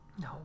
No